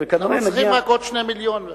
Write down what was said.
אנחנו צריכים רק עוד 2 מיליון והכול יהיה בסדר.